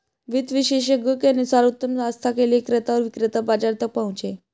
वित्त विशेषज्ञों के अनुसार उत्तम आस्था के लिए क्रेता और विक्रेता बाजार तक पहुंचे